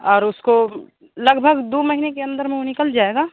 और उसको लगभग दो महीने के अंदर में वह निकल जाएगा